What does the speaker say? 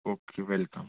okay welcome